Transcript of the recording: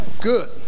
good